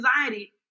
anxiety